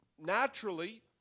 naturally